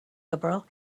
liberal